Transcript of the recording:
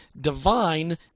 divine